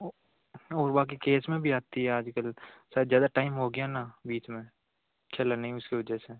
ओ और बाकी केस में भी आती आजकल शायद ज्यादा टाइम हो गया ना बीच में खेला नहीं उसकी वजह से